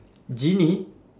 genie